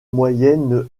moyenne